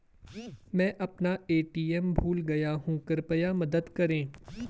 मैं अपना ए.टी.एम भूल गया हूँ, कृपया मदद करें